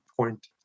point